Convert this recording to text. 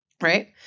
right